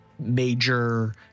major